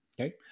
Okay